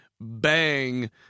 bang